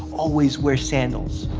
always wear sandals.